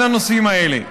על הנושאים האלה?